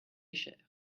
cher